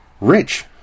rich